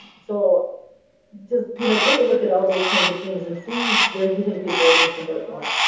so just you know take a look at all those kinds of things and see where you think people are going to convert more.